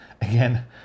again